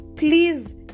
Please